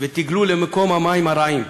ותגלו למקום המים הרעים,